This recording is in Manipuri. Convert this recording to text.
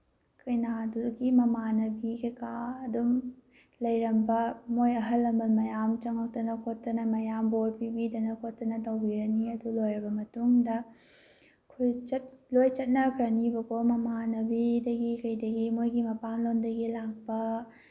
ꯀꯩꯅꯥꯗꯨꯒꯤ ꯃꯃꯥꯟꯅꯕꯤ ꯀꯩꯀꯥ ꯑꯗꯨꯝ ꯂꯩꯔꯝꯕ ꯃꯣꯏ ꯑꯍꯜ ꯂꯃꯟ ꯃꯌꯥꯝ ꯆꯪꯉꯛꯇꯅ ꯈꯣꯠꯇꯅ ꯃꯌꯥꯝ ꯕꯣꯔ ꯄꯤꯕꯤꯗꯅ ꯈꯣꯠꯇꯅ ꯇꯧꯕꯤꯔꯅꯤ ꯑꯗꯨ ꯂꯣꯏꯔꯕ ꯃꯇꯨꯡꯗ ꯑꯩꯈꯣꯏ ꯂꯣꯏ ꯆꯠꯅꯒ꯭ꯔꯅꯤꯕꯀꯣ ꯃꯃꯥꯟꯅꯕꯤꯗꯒꯤ ꯀꯩꯗꯒꯤ ꯃꯣꯏꯒꯤ ꯃꯄꯥꯝꯂꯣꯝꯗꯒꯤ ꯂꯥꯛꯄ